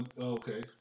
Okay